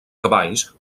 cavalls